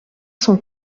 son